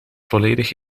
volledig